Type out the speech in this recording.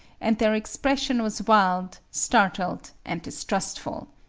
and their expression was wild, startled, and distrustful.